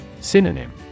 Synonym